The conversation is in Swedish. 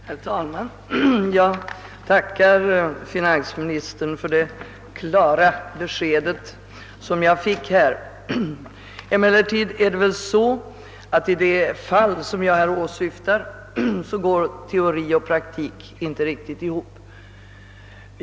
Herr talman! Jag tackar finansministern för det klara besked jag här fått. Nu är det emellertid så att i de fall som jag åsyftar går teori och praktik inte riktigt ihop.